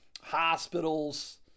hospitals